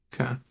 Okay